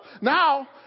Now